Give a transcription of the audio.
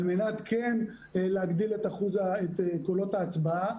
על מנת להגדיל את קולות ההצבעה.